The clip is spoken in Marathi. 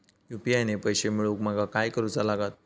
यू.पी.आय ने पैशे मिळवूक माका काय करूचा लागात?